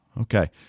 Okay